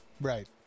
Right